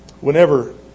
Whenever